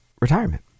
retirement